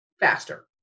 faster